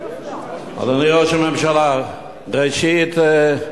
אדוני ראש הממשלה, ראשית,